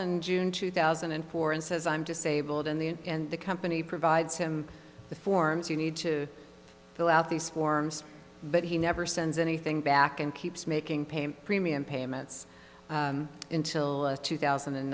and june two thousand and four and says i'm disabled and the and the company provides him the forms you need to fill out these forms but he never sends anything back and keeps making paying premium payments until two thousand and